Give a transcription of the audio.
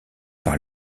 par